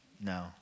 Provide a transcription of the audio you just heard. No